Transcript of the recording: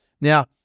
now